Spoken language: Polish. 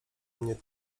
mnie